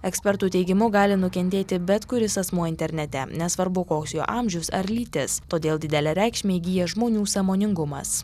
ekspertų teigimu gali nukentėti bet kuris asmuo internete nesvarbu koks jo amžius ar lytis todėl didelę reikšmę įgyja žmonių sąmoningumas